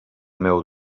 meu